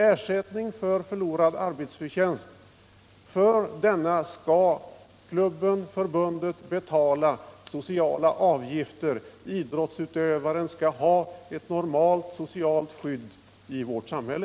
Ersättning för förlorad arbetsförtjänst skall klubben eller förbundet betala sociala avgifter för. Idrottsutövaren skall ha ett normalt socialt skydd i vårt samhälle.